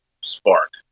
spark